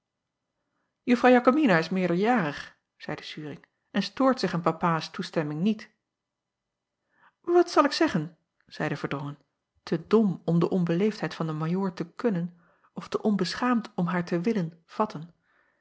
uffrouw akomina is meerderjarig zeide uring en stoort zich aan apaas toestemming niet at zal ik je zeggen zeide erdrongen te dom om de onbeleefdheid van den ajoor te kunnen of te onbeschaamd om haar te willen vatten